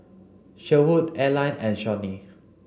Sherwood Arline and Shawnee